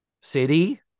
City